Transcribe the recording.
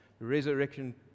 Resurrection